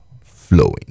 flowing